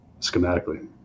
schematically